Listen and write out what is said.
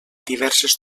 diverses